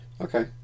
Okay